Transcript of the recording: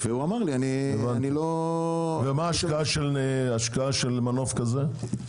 והוא אמר לי: אני לא- -- ומה ההשקעה של מנוף כזה?